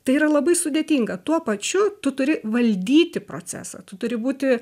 tai yra labai sudėtinga tuo pačiu tu turi valdyti procesą tu turi būti